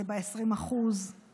זה ב-20%;